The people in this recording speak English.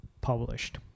published